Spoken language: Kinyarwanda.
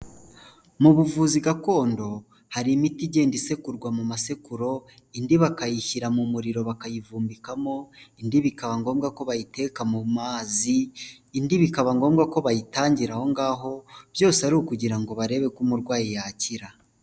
Mu buvuzi gakondo hari imiti igenda isekurwa mu masekuru, indi bakayishyira mu muriro bakayivumbikamo, indi bikaba ngombwa ko bayiteka mu mazi, indi bikaba ngombwa ko bayitangira aho ngaho, byose ari ukugira ngo barebeko umurwayi yakira.